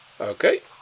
Okay